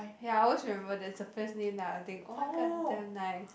ya I always remember that it's the first name that I will think oh-my-god damn nice